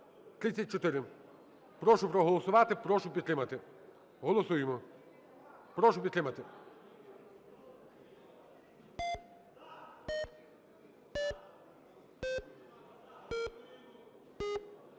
Прошу проголосувати, прошу підтримати. Голосуємо, прошу підтримати.